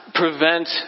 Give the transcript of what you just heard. prevent